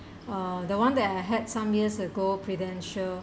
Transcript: uh the one that I had some years ago Prudential